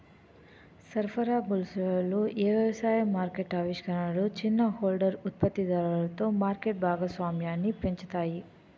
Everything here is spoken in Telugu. సరఫరా గొలుసులలో ఏ వ్యవసాయ మార్కెట్ ఆవిష్కరణలు చిన్న హోల్డర్ ఉత్పత్తిదారులలో మార్కెట్ భాగస్వామ్యాన్ని పెంచుతాయి?